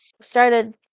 started